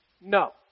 No